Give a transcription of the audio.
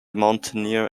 mountaineer